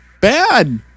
Bad